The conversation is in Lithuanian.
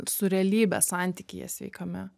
su realybe santykyje sveikame